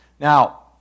Now